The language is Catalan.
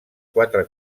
quatre